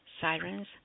Sirens